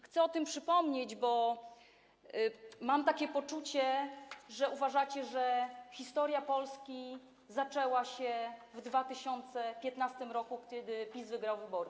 Chcę o tym przypomnieć, bo mam takie poczucie, że uważacie, że historia Polski zaczęła się w 2015 r., kiedy PiS wygrał wybory.